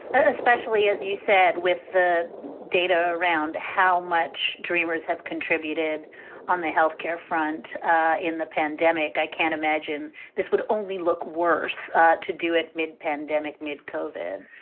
especially, as you said, with the data around how much dreamers have contributed on the health care front in the pandemic. i can't imagine this would only look worse to do it. mid pandemic, mid cauvin